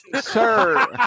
Sir